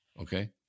Okay